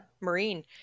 Marine